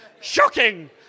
Shocking